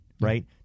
right